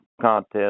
contest